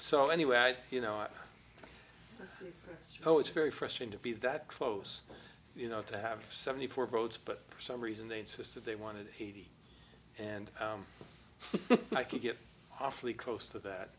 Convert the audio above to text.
so anyway i you know oh it's very fresh and to be that close you know to have seventy four votes but for some reason they insisted they wanted and i could get awfully close to that